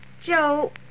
Joe